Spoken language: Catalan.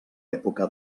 època